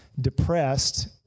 Depressed